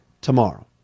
tomorrow